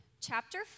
chapter